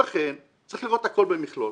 ולכן, צריך לראות הכול במכלול.